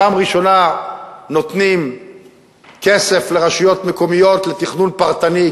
פעם ראשונה נותנים כסף לרשויות מקומיות לתכנון פרטני,